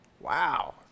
wow